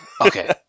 Okay